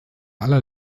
aller